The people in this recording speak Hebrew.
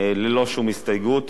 ללא שום הסתייגות.